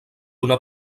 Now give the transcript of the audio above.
una